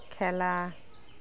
খেলা